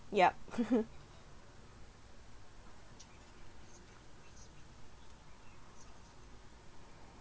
yup